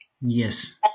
Yes